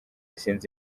sinzi